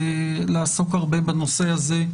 אנחנו נדרשים לעסוק היום הרבה בנושא הזה.